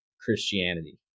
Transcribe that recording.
Christianity